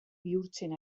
bihurtzen